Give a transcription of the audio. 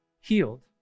healed